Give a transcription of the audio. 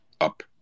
up